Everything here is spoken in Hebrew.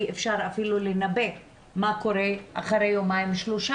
אי אפשר אפילו לנבא מה קורה אחרי יומיים-שלושה,